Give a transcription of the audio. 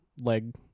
leg